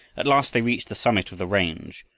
at last they reached the summit of the range.